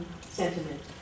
sentiment